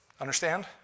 Understand